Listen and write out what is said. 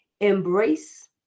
Embrace